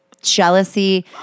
jealousy